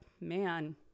man